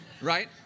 right